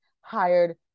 hired